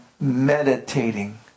meditating